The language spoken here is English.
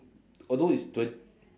although it's twen~